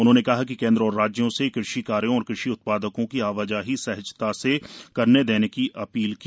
उन्होंने कहा कि केंद्र और राज्यों से कृषि कार्यों और कृषि उत्पादों की आवाजाही सहजता से करने देने की अपील की